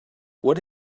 what